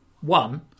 one